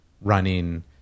running